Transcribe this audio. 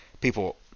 People